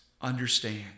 understand